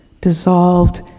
dissolved